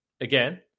again